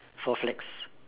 four flags